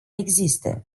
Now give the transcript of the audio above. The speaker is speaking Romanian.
existe